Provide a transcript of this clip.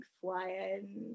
flying